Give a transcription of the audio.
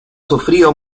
sufrido